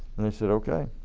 and they said okay.